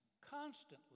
constantly